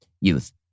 youth